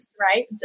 Right